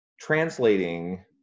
Translating